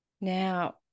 Now